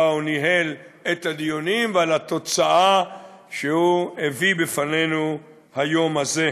הוא ניהל את הדיונים ועל התוצאה שהוא הביא לפנינו היום הזה.